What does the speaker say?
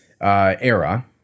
era